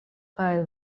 kaj